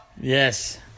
Yes